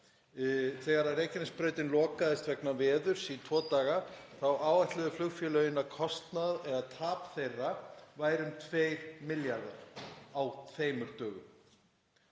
Þegar Reykjanesbrautin lokaðist vegna veðurs í tvo daga þá áætluðu flugfélögin að tap þeirra væri um 2 milljarðar á tveimur dögum.